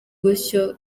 gutyo